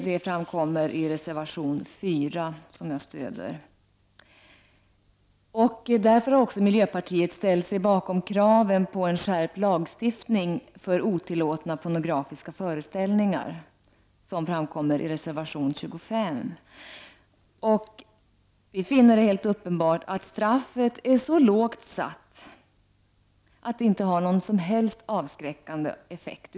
Jag stöder reservation 4, som behandlar denna fråga. Därför har också miljöpartiet ställt sig bakom kraven på skärpt lagstiftning rörande otillåtna pornografiska föreställningar. Denna fråga behandlas i reservation 25. Det är helt uppenbart att straffet är så lågt att det inte har någon som helst avskräckande effekt.